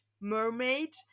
mermaid